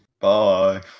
Bye